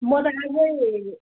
म त अझै